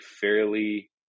fairly